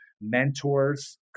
mentors